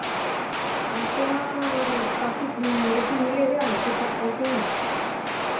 आपके यहाँ कॉपी मिलेगा किताब कॉपी